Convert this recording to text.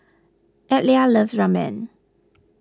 Adlai loves Ramen